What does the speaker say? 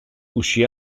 uscì